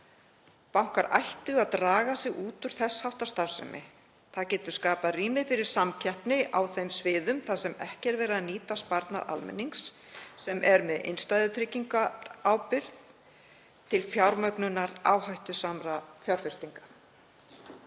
Bankar ættu að draga sig út úr þess háttar starfsemi. Það getur skapað rými fyrir samkeppni á þeim sviðum þar sem ekki er verið að nýta sparnað almennings sem er með innstæðutryggingarábyrgð til fjármögnunar áhættusamra fjárfestinga.